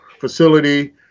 facility